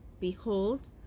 Behold